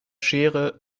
schere